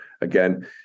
again